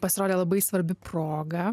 pasirodė labai svarbi proga